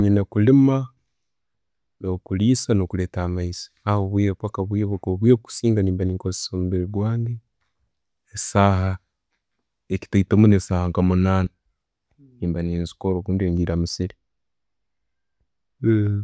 Nina kulima, no'kuliisa, no kuleeta amaizi, aho aho obwire obukiira ne'mba nekozesa omubiiri gwange, esaaha, ekitaito munno esaaha nka munana nemba nenzikora obundi ngire ha musiri